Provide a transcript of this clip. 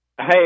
Hey